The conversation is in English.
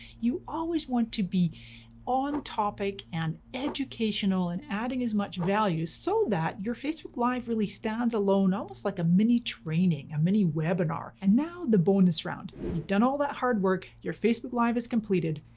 you always want to be on topic and educational and adding as much value, so that your facebook live really stands alone, almost like a mini training, a mini webinar. and now the bonus round. you've done all that hard work. your facebook live is completed.